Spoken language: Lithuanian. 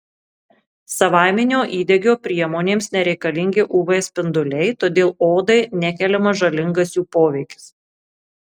savaiminio įdegio priemonėms nereikalingi uv spinduliai todėl odai nekeliamas žalingas jų poveikis